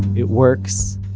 it works,